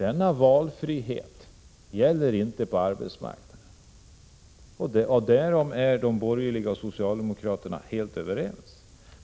En sådan valfrihet finns inte på arbetsmarknaden, och på den punkten är de borgerliga och socialdemokraterna helt ense.